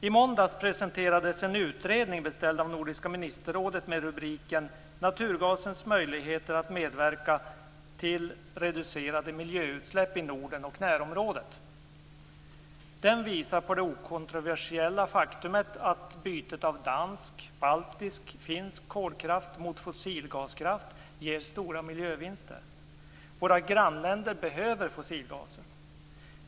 I måndags presenterades en utredning beställd av Nordiska ministerrådet med rubriken Naturgasens möjligheter att medverka till reducerade miljöutsläpp i Norden och närområdet. Den visar på det okontroversiella faktumet att bytet av dansk, baltisk och finsk kolkraft mot fossilgaskraft ger stora miljövinster. Våra grannländer behöver fossilgasen.